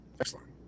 Excellent